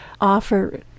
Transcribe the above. offer